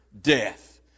death